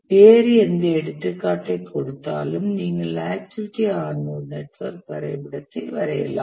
வேறு எந்த எடுத்துக்காட்டை கொடுத்தாலும் நீங்கள் ஆக்டிவிட்டி ஆன் நோட் நெட்வொர்க் வரைபடத்தை வரையலாம்